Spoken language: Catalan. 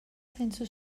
sense